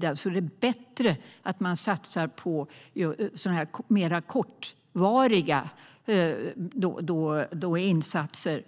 Det är bättre att staten satsar på mer kortvariga insatser